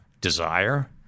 desire